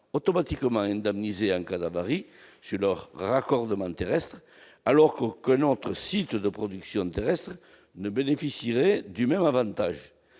automatiquement indemnisés en cas d'avarie sur leur raccordement terrestre, alors qu'aucun autre site de production terrestre ne bénéficierait du même avantage